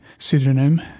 pseudonym